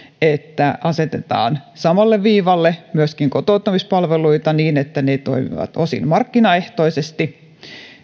että asetetaan samalle viivalle myöskin kotouttamispalveluita niin että ne toimivat osin markkinaehtoisesti